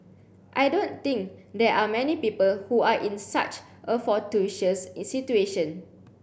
I don't think there are many people who are in such a fortuitous situation